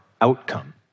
outcome